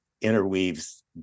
interweaves